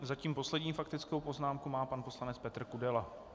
Zatím poslední faktickou poznámku má pan poslanec Petr Kudela.